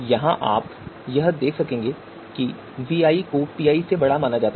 यहां आप यह भी देखेंगे कि vi को pi से बड़ा माना जाता है